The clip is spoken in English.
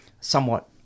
somewhat